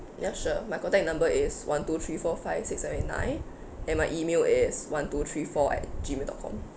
ya sure my contact number is one two three four five six seven eight nine and my email is one two three four at G mail dot com